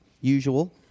usual